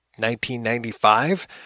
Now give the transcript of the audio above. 1995